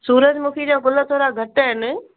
सूरज मुखी जा गुल थोरा घटी आहिनि